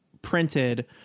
Printed